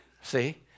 See